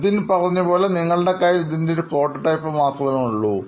നിതിൻ പറഞ്ഞതുപോലെ നിങ്ങടെ കയ്യിൽ ഇതിൻറെ ഒരു പ്രോട്ടോടൈപ്പ് മാത്രമേയുള്ളൂ